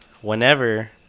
whenever